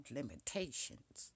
limitations